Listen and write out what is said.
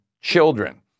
children